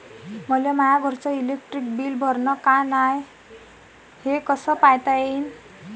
मले माया घरचं इलेक्ट्रिक बिल भरलं का नाय, हे कस पायता येईन?